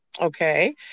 Okay